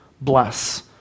Bless